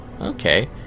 okay